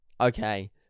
Okay